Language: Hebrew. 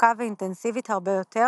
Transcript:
חזקה ואינטנסיבית הרבה יותר